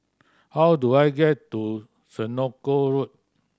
how do I get to Senoko Road